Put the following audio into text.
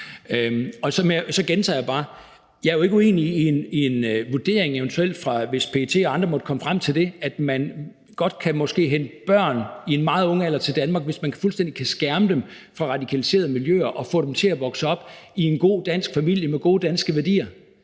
Så gentager jeg bare: Jeg er jo ikke uenig i en vurdering, hvis PET og andre måtte komme frem til, at man måske godt kan hente børn i en meget ung alder til Danmark, hvis man fuldstændig kan skærme dem fra radikaliserede miljøer og få dem til at vokse op i en god dansk familie med gode danske værdier.